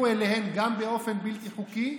שגם אליהן הגיעו באופן בלתי חוקי,